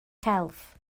celf